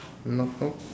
knock knock